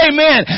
Amen